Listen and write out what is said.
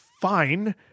fine